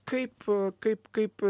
kaip kaip kaip